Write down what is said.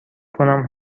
کنم